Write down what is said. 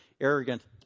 Arrogant